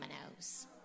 dominoes